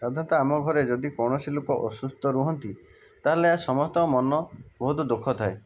ସାଧାରଣତଃ ଆମ ଘରେ ଯଦି କୌଣସି ଲୋକ ଅସୁସ୍ଥ ରୁହନ୍ତି ତାହେଲେ ସମସ୍ତଙ୍କ ମନ ବହୁତ ଦୁଃଖ ଥାଏ